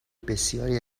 بسیاری